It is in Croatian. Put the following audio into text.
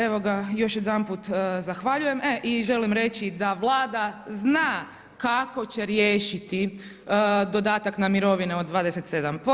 Evo ga, još jedanput zahvaljujem i želim reći da Vlada zna kako će riješiti dodatak na mirovine od 27%